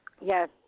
Yes